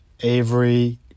Avery